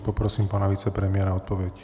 Poprosím pana vicepremiéra o odpověď.